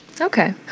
Okay